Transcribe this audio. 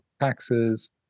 taxes